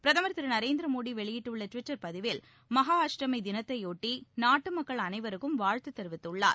பிரதம் திரு நரேந்திர மோடி வெளியிட்டுள்ள டுவிட்டர் பதிவில் மகா அஷ்டமி தினத்தையொட்டி நாட்டு மக்கள் அனைவருக்கம் வாழ்த்து தெரிவித்துள்ளார்